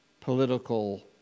political